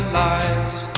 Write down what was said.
lives